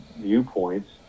viewpoints